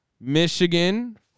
Michigan